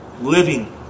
living